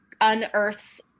unearths